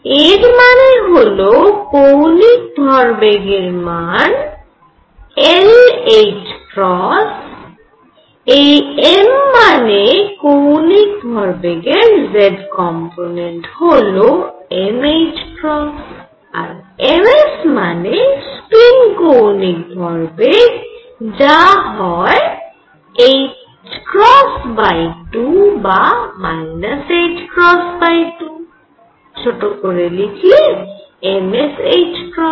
l এর মানে হল কৌণিক ভরবেগ এর মান l এই m মানে কৌণিক ভরবেগের z কম্পোনেন্ট হল m আর ms মানে স্পিন কৌণিক ভরবেগ যা হয় ℏ2 বা ℏ2 ছোট করে লিখলে ms